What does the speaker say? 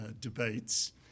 debates